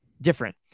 different